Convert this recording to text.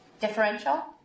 Differential